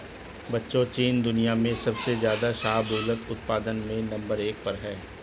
बच्चों चीन दुनिया में सबसे ज्यादा शाहबूलत उत्पादन में नंबर एक पर है